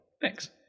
Thanks